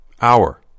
Hour